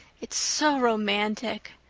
it's so romantic.